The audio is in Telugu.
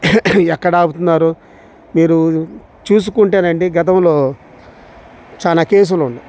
ఎక్కడ ఆపుతున్నారు మీరు చూసుకుంటేనండీ గతంలో చాలా కేసులు ఉన్నాయి